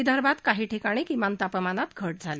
विदर्भात काही ठिकाणी किमान तापमानात घट झाली